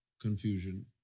confusion